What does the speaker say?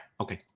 Okay